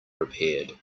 repaired